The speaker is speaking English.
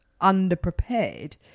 underprepared